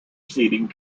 seating